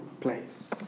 place